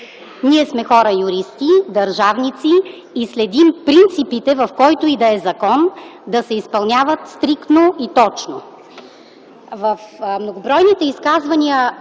Ние сме хора юристи, държавници и следим принципите в който и да е закон да се изпълняват стриктно и точно.